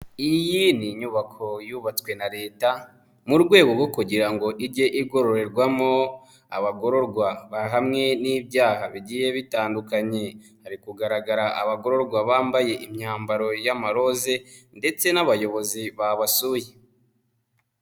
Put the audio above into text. Iyi ni inyubako yubatswe na Leta mu rwego rwo kugira ngo ijye igororerwamo abagororwa bahamwe n'ibyaha bigiye bitandukanye, hari kugaragara abagororwa bambaye imyambaro y'amaroze ndetse n'abayobozi babasuye.